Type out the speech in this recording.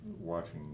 watching